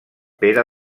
pere